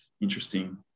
interesting